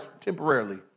temporarily